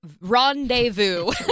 rendezvous